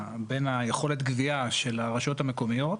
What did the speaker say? בין יכולת הגבייה של הרשויות המקומיות,